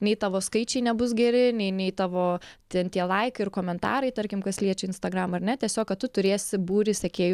nei tavo skaičiai nebus geri nei nei tavo ten tie laikai ir komentarai tarkim kas liečia instagram ar ne tiesiog kad tu turėsi būrį sekėjų